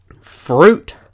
Fruit